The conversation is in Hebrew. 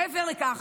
מעבר לכך,